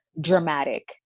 dramatic